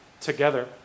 together